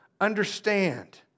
understand